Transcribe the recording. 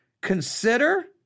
Consider